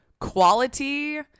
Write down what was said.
quality